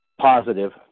positive